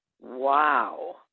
Wow